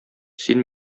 син